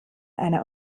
einer